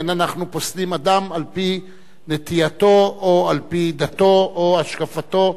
אין אנחנו פוסלים אדם על-פי נטייתו או על-פי דתו או השקפתו,